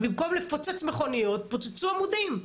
במקום לפוצץ מכוניות פוצצו עמודים.